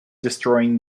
destroying